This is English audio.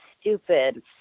stupid